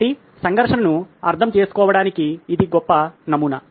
కాబట్టి సంఘర్షణను అర్థం చేసుకోవడానికి ఇది గొప్ప నమూనా